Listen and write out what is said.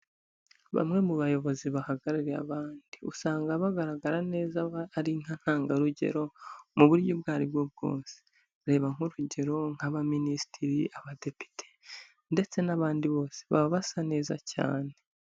Bamwe mu bayobozi bahagarariye abandi, usanga bagaragara neza nkaho ari nka ntangarugero mu buryo ubwo aribwo bwose, reba nk'urugero nk'abaminisitiri, abadepite ndetse n'abandi bose, baba basa neza cyane.